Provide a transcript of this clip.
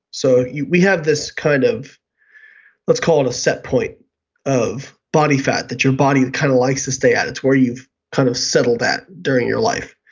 so we have this kind of let's call it a set point of body fat that your body kind of likes to stay at, it's where you've kind of settled at during your life.